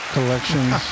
collections